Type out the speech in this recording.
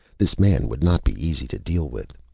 this man would not be easy to deal with.